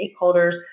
stakeholders